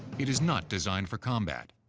it is not designed for combat.